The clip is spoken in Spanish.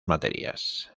materias